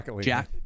Jack